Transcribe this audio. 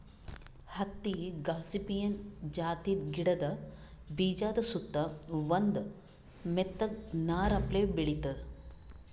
ಹತ್ತಿ ಗಾಸಿಪಿಯನ್ ಜಾತಿದ್ ಗಿಡದ ಬೀಜಾದ ಸುತ್ತಾ ಒಂದ್ ಮೆತ್ತಗ್ ನಾರ್ ಅಪ್ಲೆ ಬೆಳಿತದ್